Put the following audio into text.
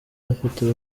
afite